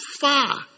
far